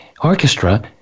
orchestra